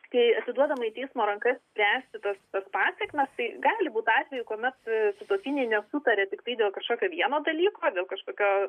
kai atiduodama į teismo rankas spręsti tas tas pasekmes tai gali būt atvejų kuomet sutuoktiniai nesutaria tiktai dėl kažkokio vieno dalyko dėl kažkokio